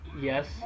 Yes